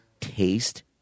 taste